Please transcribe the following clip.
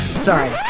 Sorry